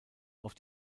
auf